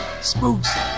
spooks